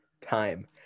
time